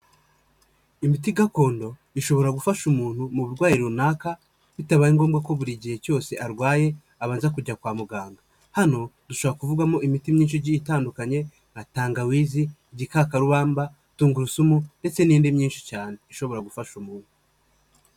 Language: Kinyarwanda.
Imiti gakondo, ishobora gufasha umuntu mu burwayi runaka, bitabaye ngombwa ko buri gihe cyose arwaye, abanza kujya kwa muganga. Hano dushobora kuvugamo imiti myinshi igi itandukanye nka tangawizi, igikakarubamba, tungurusumu, ndetse n'indi myinshi cyane ishobora gufasha umuntu.